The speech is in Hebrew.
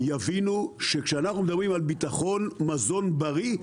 יבינו שכשאנחנו מדברים על ביטחון מזון בריא,